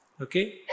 Okay